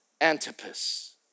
Antipas